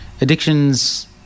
addiction's